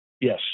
Yes